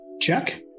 check